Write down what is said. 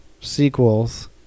sequels